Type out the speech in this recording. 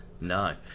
no